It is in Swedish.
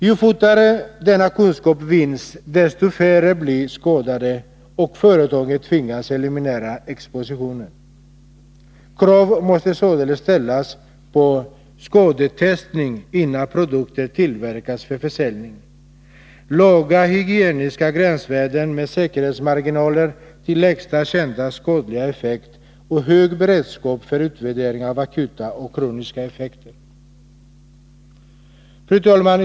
Ju fortare denna kunskap vinns, desto färre blir skadade — om företagen tvingas eliminera expositionen. Krav måste således ställas på skadetestning innan produkter tillverkas för försäljning, låga hygieniska gränsvärden med säkerhetsmarginaler till lägsta kända skadliga effekt och hög beredskap för utvärdering av akuta och kroniska effekter. Fru talman!